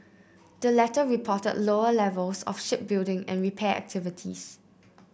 the latter reported lower levels of shipbuilding and repair activities